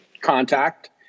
contact